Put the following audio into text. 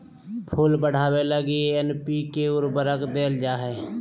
फूल बढ़ावे लगी एन.पी.के उर्वरक देल जा हइ